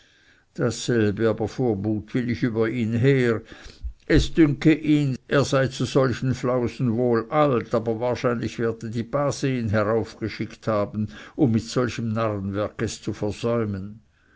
dasselbe aber fuhr mutwillig über ihn her es dünke ihns er sei zu solchen flausen wohl alt und wahrscheinlich werde die base ihn nicht heraufgeschickt haben um mit solchem narrenwerk es zu versäumen